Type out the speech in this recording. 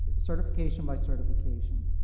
certification by certification.